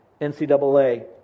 NCAA